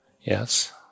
yes